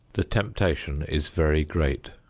the temptation is very great.